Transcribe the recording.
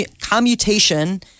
commutation